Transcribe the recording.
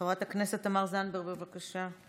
חברת הכנסת תמר זנדברג, בבקשה.